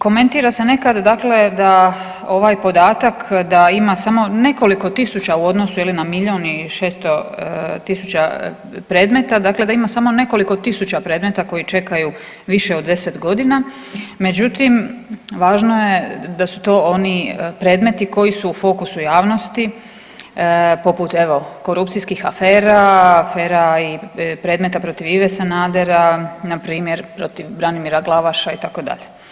Komentira se nekad, dakle da ovaj podatak, da ima samo nekoliko tisuća, u odnosu, na milijun i 600 tisuća predmeta, dakle da ima samo nekoliko tisuća predmeta koji čekaju više od 10 godina, međutim, važno je da su to oni predmeti koji su u fokusu javnosti, poput evo, korupcijskih afera, afera i predmeta protiv Ive Sanadera, npr., protiv Branimira Glavaša, itd.